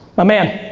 my man?